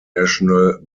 national